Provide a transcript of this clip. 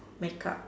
make up